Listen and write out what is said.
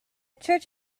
church